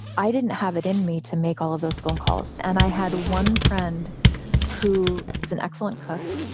i didn't have it in me to make all of those phone calls. and i had one friend who is an excellent cook.